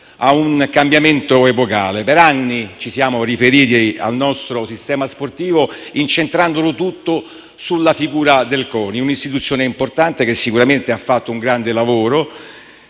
a un cambiamento epocale: per anni ci siamo riferiti al nostro sistema sportivo incentrandolo tutto sulla figura del CONI, un'istituzione importante che sicuramente ha fatto un grande lavoro